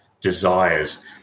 desires